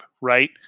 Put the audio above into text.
right